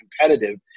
competitive